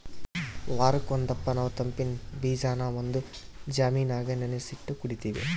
ವಾರುಕ್ ಒಂದಪ್ಪ ನಾವು ತಂಪಿನ್ ಬೀಜಾನ ಒಂದು ಜಾಮಿನಾಗ ನೆನಿಸಿಟ್ಟು ಕುಡೀತೀವಿ